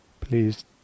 please